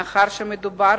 מאחר שמדובר